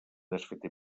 desfeta